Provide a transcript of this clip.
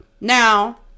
now